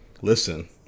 Listen